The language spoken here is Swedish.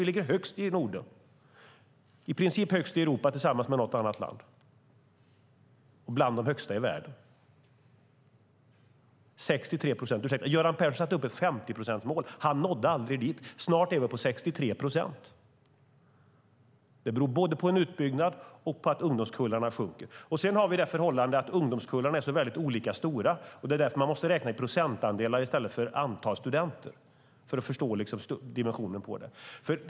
Vi ligger högst i Norden, i princip högst i Europa tillsammans med något annat land och bland de högsta i världen. Göran Persson satte upp ett 50-procentsmål. Han nådde aldrig dit. Snart är vi på 63 procent. Det beror både på en utbyggnad och på att ungdomskullarna minskar. Vi har det förhållandet att ungdomskullarna är så olika stora. Det är därför man måste räkna i procentandelar i stället för i antal studenter för att förstå dimensionen på det.